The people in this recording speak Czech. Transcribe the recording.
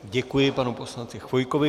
Děkuji panu poslanci Chvojkovi.